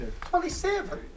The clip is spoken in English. Twenty-seven